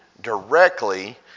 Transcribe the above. directly